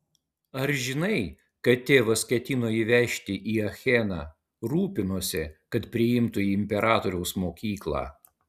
ar žinai kad tėvas ketino jį vežti į acheną rūpinosi kad priimtų į imperatoriaus mokyklą